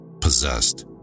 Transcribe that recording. possessed